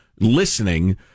listening